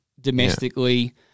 domestically